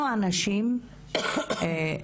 אנחנו הנשים חייבות